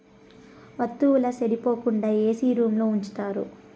వత్తువుల సెడిపోకుండా ఏసీ రూంలో ఉంచుతారు